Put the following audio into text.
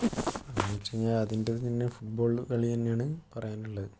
എന്നുവച്ച് കഴിഞ്ഞാൽ അതിന്റെ തന്നെ ഫുട്ബോൾ കളി തന്നെയാണ് പറയാനുള്ളത്